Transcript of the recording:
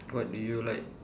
what do you like